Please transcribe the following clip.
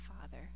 father